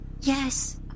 Yes